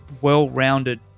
well-rounded